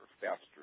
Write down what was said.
faster